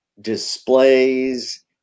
displays